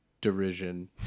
derision